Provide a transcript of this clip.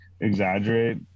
exaggerate